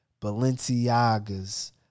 Balenciagas